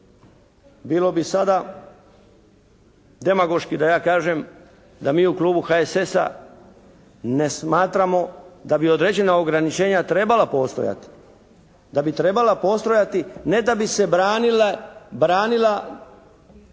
bilo bi sada demagoški da ja kažem da mi u Klubu HSS-a ne smatramo da bi određena ograničenja trebala postojati. Da bi trebala